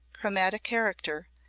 chromatic character,